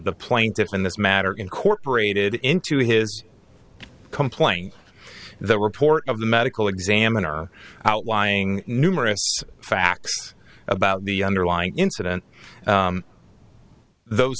the plaintiffs in this matter incorporated into his complaint the report of the medical examiner outlying numerous facts about the underlying incident those